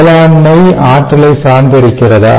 வேளாண்மை ஆற்றலைச் சார்ந்து இருக்கிறதா